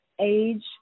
age